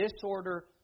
disorder